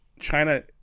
China